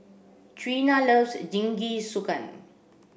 Treena loves Jingisukan